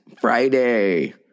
Friday